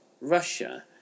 Russia